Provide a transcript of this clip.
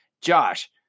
Josh